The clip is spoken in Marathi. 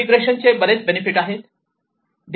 इंटिग्रेशन चे बरेच बेनिफिट आहेत